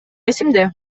эсимде